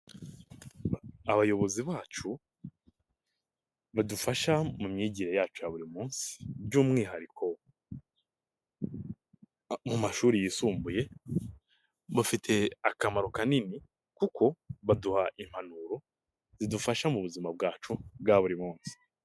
Abayobozi bacu badufasha mu myigire yacu ya buri munsi by'umwihariko mu mashuri yisumbuye, bafite akamaro kanini kuko baduha impanuro zidufasha mu buzima bwacu bwa buri munsi.